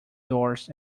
doors